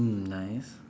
mm nice